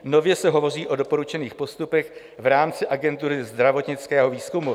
Nově se hovoří o doporučených postupech v rámci Agentury zdravotnického výzkumu.